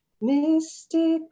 Mystic